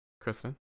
Kristen